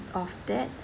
of that